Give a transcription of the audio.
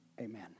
Amen